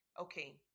okay